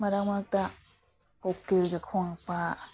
ꯃꯔꯛ ꯃꯔꯛꯇ ꯀꯣꯀꯤꯜꯒ ꯈꯣꯡꯉꯛꯄ